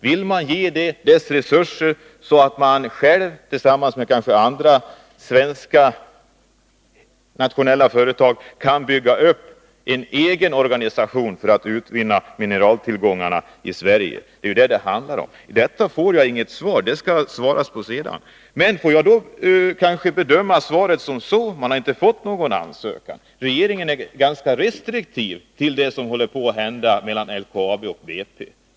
Vill man ge företaget resurser så att det självt eller tillsammans med andra svenska nationella företag kan bygga upp en egen organisation för utvinning av mineraltillgångarna i Sverige? Det är vad det handlar om, men den frågan får jag inget svar på. Den skall besvaras senare. Får jag då bedöma svaret på följande sätt: Man har inte fått någon ansökan. Regeringen är ganska restriktiv till det som håller på att hända mellan LKAB och BP.